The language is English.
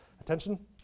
attention